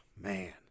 Man